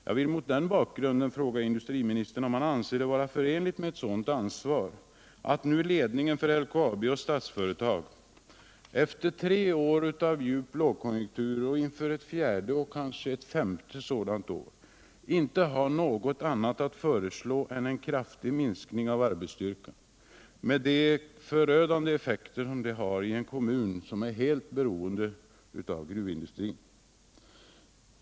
Jag vill mot den bakgrunden fråga industriministern, om han anser det vara förenligt med ett sådant ansvar att ledningen för LKAB och Statsföretag, efter tre år av djup lågkonjunktur och inför ett fjärde och kanske ett femte sådant år, inte har något annat att föreslå än en kraftig minskning av arbetsstyrkan, med de förödande effekter det har i en kommun som är helt beroende av gruvindustrin.